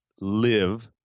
live